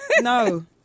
no